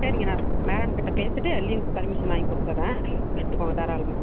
சரிங்க நான் மேடம் கிட்டே பேசிட்டு லீவுக்கு பர்மிஸ்ஸன் வாங்கி கொடுத்துடறேன் நீங்கள் லீவ் எடுத்துக்கோங்க தாராளமாக